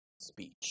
speech